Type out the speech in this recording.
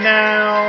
now